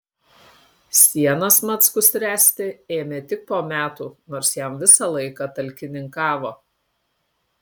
sienas mackus ręsti ėmė tik po metų nors jam visą laiką talkininkavo